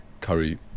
curry